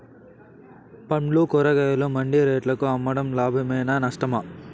పండ్లు కూరగాయలు మండి రేట్లకు అమ్మడం లాభమేనా నష్టమా?